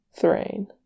Thrain